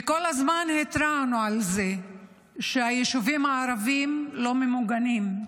כל הזמן התרענו על זה שהיישובים הערביים לא ממוגנים.